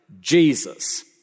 Jesus